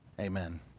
Amen